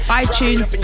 iTunes